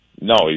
No